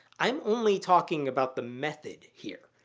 i'm only talking about the method here.